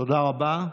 תודה רבה.